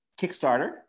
Kickstarter